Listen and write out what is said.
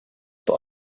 but